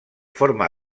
forma